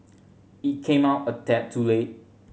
it came out a tad too late